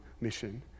mission